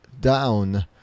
down